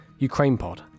ukrainepod